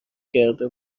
کرده